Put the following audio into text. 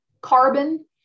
carbon